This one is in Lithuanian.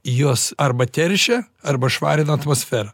jos arba teršia arba švarina atmosferą